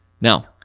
Now